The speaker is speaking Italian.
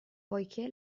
poiché